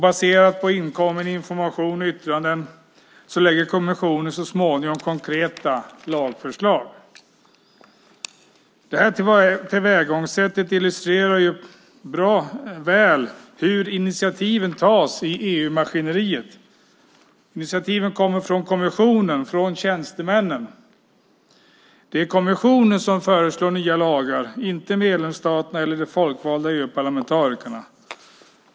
Baserat på inkommen information och yttranden lägger kommissionen så småningom fram konkreta lagförslag. Det här tillvägagångssättet illustrerar väl hur initiativen tas i EU-maskineriet. Initiativen kommer från kommissionen, från tjänstemännen. Det är kommissionen som föreslår nya lagar, inte medlemsstaterna eller de folkvalda EU-parlamentarikerna.